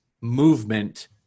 movement